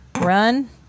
run